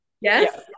Yes